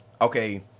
okay